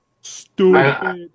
Stupid